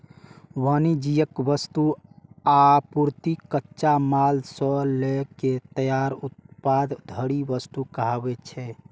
वाणिज्यिक वस्तु, आपूर्ति, कच्चा माल सं लए के तैयार उत्पाद धरि वस्तु कहाबै छै